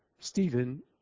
Stephen